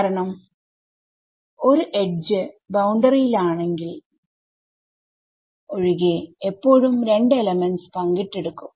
കാരണം ഒരു edge boundary യിൽ ആണെങ്കിൽ ഒഴികെ എപ്പോഴും 2 എലമെന്റ്സ് പങ്കിട്ടെടുക്കും